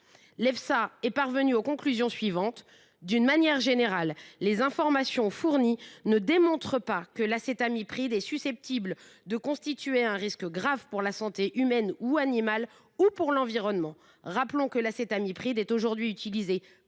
L’AESA est parvenue à la conclusion que, d’une manière générale, les informations fournies ne démontraient pas que l’acétamipride était susceptible de constituer un risque grave pour la santé humaine ou animale ou pour l’environnement. Rappelons que l’acétamipride est aujourd’hui utilisé